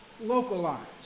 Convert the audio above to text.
localized